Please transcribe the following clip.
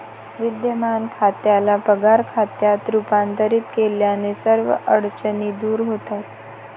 विद्यमान खात्याला पगार खात्यात रूपांतरित केल्याने सर्व अडचणी दूर होतात